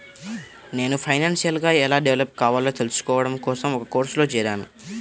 నేను ఫైనాన్షియల్ గా ఎలా డెవలప్ కావాలో తెల్సుకోడం కోసం ఒక కోర్సులో జేరాను